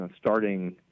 starting